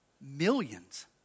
millions